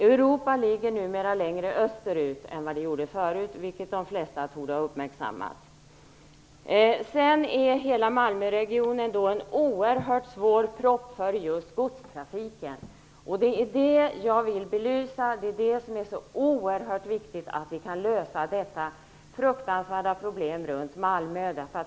Europa ligger numera längre österut än förut, något som de flesta torde ha uppmärksammat. Malmöregionen är en svår propp för godstrafiken. Det är det jag vill belysa. Det är oerhört viktigt att vi kan lösa det fruktansvärda problemet runt Malmö.